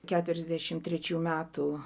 keturiasdešimt trečių metų